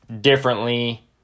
differently